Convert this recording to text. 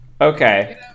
Okay